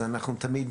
אנחנו תמיד